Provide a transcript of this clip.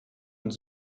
und